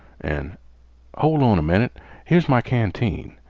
an' hol' on a minnit here's my canteen.